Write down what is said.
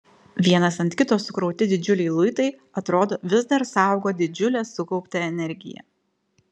vienas ant kito sukrauti didžiuliai luitai atrodo vis dar saugo didžiulę sukauptą energiją